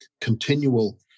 continual